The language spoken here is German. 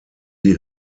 die